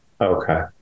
Okay